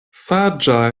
saĝa